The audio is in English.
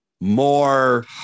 more